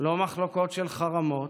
לא מחלוקות של חרמות,